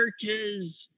churches